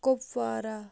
Kupwara